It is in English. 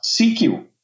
CQ